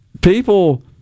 People